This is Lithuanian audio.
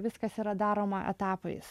viskas yra daroma etapais